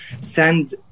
send